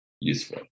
useful